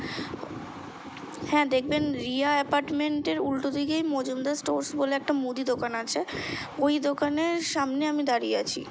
হ্যাঁ দেখবেন রিয়া অ্যাপার্টমেন্টের উল্টো দিকেই মজুমদার স্টোর্স বলে একটা মুদি দোকান আছে ওই দোকানের সামনে আমি দাঁড়িয়ে আছি